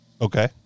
Okay